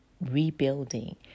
rebuilding